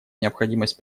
необходимость